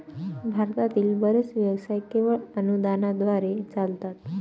भारतातील बरेच व्यवसाय केवळ अनुदानाद्वारे चालतात